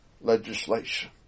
legislation